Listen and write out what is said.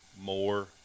more